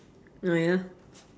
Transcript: oh ya